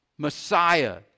Messiah